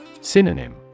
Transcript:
Synonym